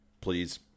please